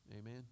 Amen